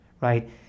right